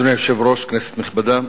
אדוני היושב-ראש, כנסת נכבדה,